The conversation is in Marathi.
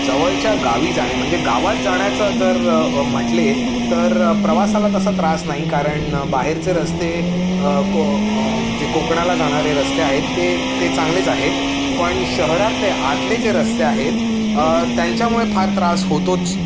जवळच्या गावी जाणे म्हणजे गावात जाण्याचं जर म्हटले तर प्रवासाला तसा त्रास नाही कारण बाहेरचे रस्ते को जे कोकणाला जाणारे रस्ते आहेत ते ते चांगलेच आहेत पण शहरातले आतले जे रस्ते आहेत त्यांच्यामुळे फार त्रास होतोच